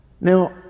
Now